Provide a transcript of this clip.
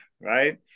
right